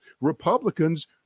Republicans